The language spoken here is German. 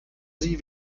sie